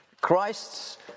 Christ's